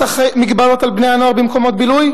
המגבלות על בני-הנוער במקומות בילוי,